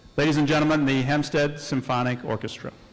ladies and gentlemen, the hempstead symphonic orchestra.